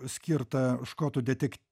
skirtą škotų detik